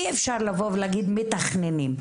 אי-אפשר לבוא ולהגיד מתכננים.